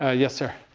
ah yes sir.